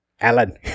Alan